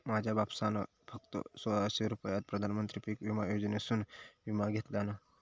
माझ्या बापसान फक्त सोळाशे रुपयात प्रधानमंत्री पीक विमा योजनेसून विमा घेतल्यान